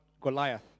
Goliath